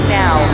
now